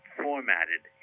formatted